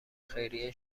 خیریه